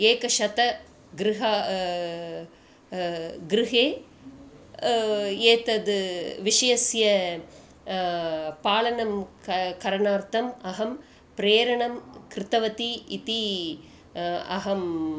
एकशतं गृहं गृहे एतद् विषयस्य पालनं क करणार्थम् अहं प्रेरणां कृतवती इति अहम्